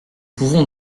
pouvons